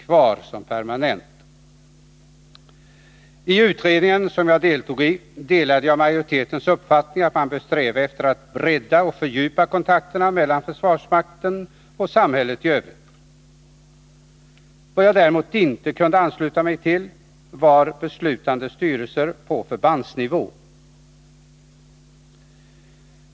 Jag deltog i utredningen och delade majoritetens uppfattning att man bör sträva efter att bredda och fördjupa kontakterna mellan försvarsmakten och samhället i övrigt. Vad jag däremot inte kunde ansluta mig till var ställningstagandet till beslutande styrelser på förbandsnivå.